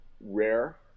rare